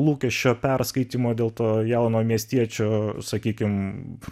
lūkesčių perskaitymo dėl to jauno miestiečio sakykime